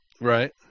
Right